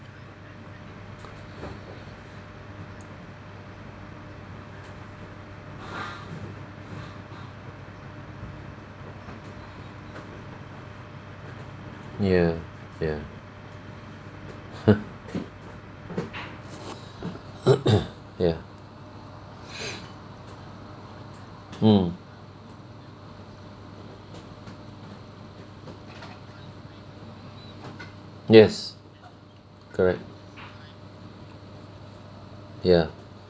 ya ya ya mm yes correct ya